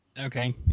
Okay